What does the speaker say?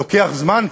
לוקח זמן.